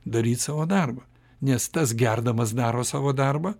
daryt savo darbą nes tas gerdamas daro savo darbą